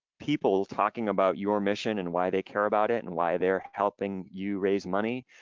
people talking about your mission and why they care about it, and why they're helping you raise money,